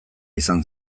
izan